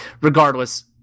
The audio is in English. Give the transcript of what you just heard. regardless